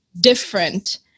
different